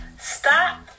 stop